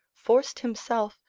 forced himself,